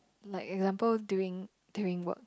like example during doing work